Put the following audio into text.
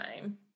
time